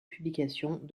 publications